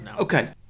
Okay